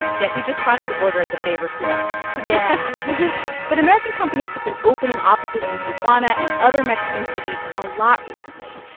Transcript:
yeah, he just crossed the border as a favor to us yeah but american companies have been opening offices in tijuana and other mexican cities a lot recently,